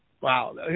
Wow